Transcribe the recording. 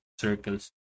circles